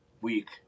week